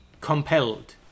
compelled